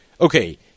okay